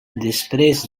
després